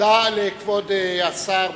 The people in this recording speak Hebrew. תודה לכבוד השר.